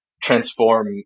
transform